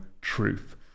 truth